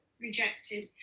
rejected